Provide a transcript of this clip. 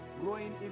growing